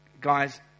Guys